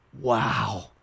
Wow